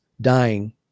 dying